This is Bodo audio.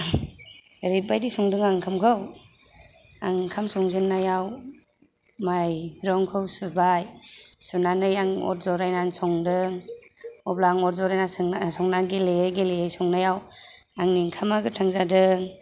ओरैबायदि संदों आं ओंखामखौ आं ओंखाम संजेननायाव माइरंखौ सुबाय सुनानै आं अर जरायनानै संदों अब्ला आं अर जराय नानै संनानै गेलेयै गेलेयै संनायाव आंनि ओंखामा गोथां जादों